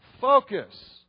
focus